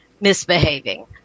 misbehaving